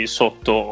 sotto